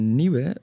nieuwe